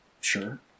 Sure